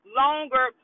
longer